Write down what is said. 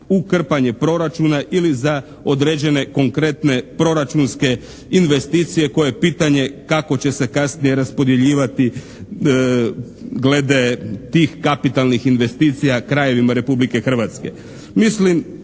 krpanje proračuna ili za određene konkretne proračunske investicije koje pitanje kako će se kasnije raspodjeljivati glede tih kapitalnih investicija krajevima Republike Hrvatske.